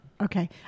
okay